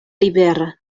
libera